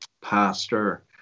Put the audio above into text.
pastor